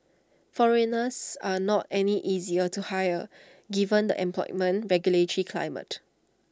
foreigners are not any easier to hire given the employment regulatory climate